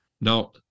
Now